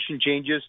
changes